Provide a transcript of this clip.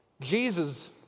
Jesus